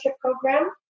program